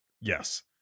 Yes